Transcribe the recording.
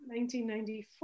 1994